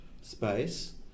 space